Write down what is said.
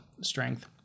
strength